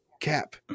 Cap